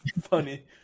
Funny